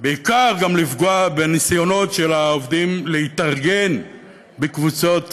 בעיקר גם לפגוע בניסיונות של העובדים להתארגן בקבוצות